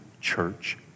church